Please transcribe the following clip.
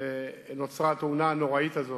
והתרחשה התאונה הנוראה הזאת,